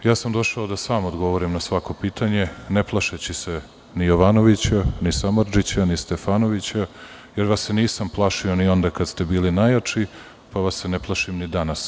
Došao sam da sam odgovorim na svako pitanje, ne plašeći se ni Jovanovića, ni Samardžića, ni Stefanovića, jer vas se nisam plašio ni onda kada ste bili najjači, pa vas se ne plašim ni danas.